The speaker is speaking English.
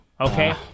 Okay